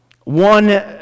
One